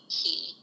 key